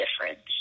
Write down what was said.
difference